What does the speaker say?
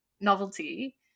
novelty